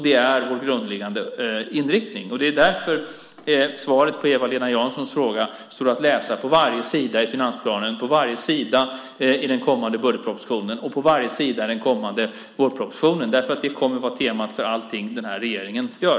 Det är vår grundläggande inriktning, och det är därför svaret på Eva-Lena Janssons fråga står att läsa på varje sida i finansplanen, på varje sida i den kommande budgetpropositionen och på varje sida i den kommande vårpropositionen. Det är temat för allt den här regeringen gör.